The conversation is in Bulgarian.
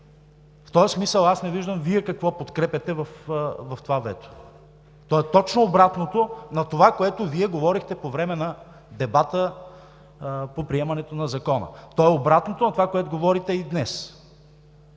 В този смисъл аз не виждам Вие какво подкрепяте в това вето. То е точно обратното на онова, което говорехте по време на дебата по приемането на Закона. То е обратното на онова, което говорите и днес.